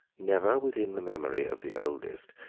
never within the memory of the oldest,